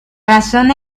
razón